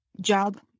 job